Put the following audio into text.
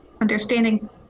understanding